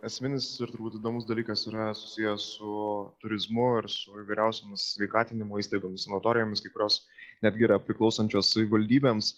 esminis ir turbūt įdomus dalykas yra susiję su turizmu ar su įvairiausiomis sveikatinimo įstaigoms sanatorijoms kai kurios netgi yra priklausančios savivaldybėms